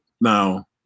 now